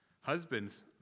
Husbands